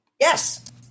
Yes